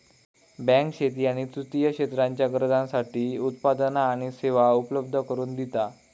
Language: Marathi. बँक शेती आणि तृतीय क्षेत्राच्या गरजांसाठी उत्पादना आणि सेवा उपलब्ध करून दिता